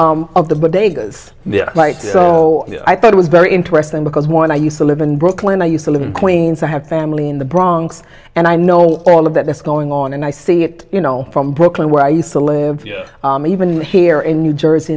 case of the but they so i thought it was very interesting because one i used to live in brooklyn i used to live in queens i have family in the bronx and i know all of that that's going on and i see it you know from brooklyn where i used to live even here in new jersey